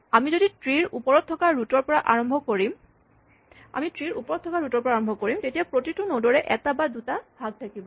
আমি ট্ৰী ৰ ওপৰত থকা ৰোট ৰ পৰা আৰম্ভ কৰিম তেতিয়া প্ৰতিটো নডৰে এটা বা দুটা ভাগ থাকিব